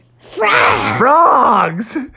frogs